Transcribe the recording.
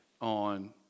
on